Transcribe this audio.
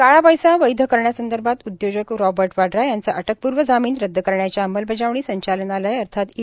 काळा पैसा वैध करण्यासंदर्भात उदयोजक रॉबर्ट वाड्रा यांचा अटकपूर्व जामीन रद्द करण्याच्या अंमलबजावणी संचालनालय अर्थात ई